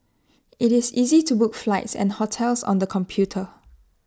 IT is easy to book flights and hotels on the computer